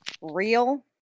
real